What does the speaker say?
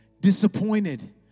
disappointed